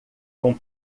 com